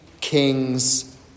kings